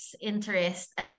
interest